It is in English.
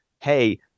hey